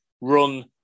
run